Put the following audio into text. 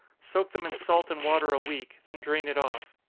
soak them in salt and water a week then drain it off.